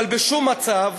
אבל בשום מצב